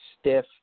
stiff